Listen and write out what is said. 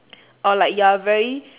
or like you are a very